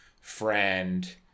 friend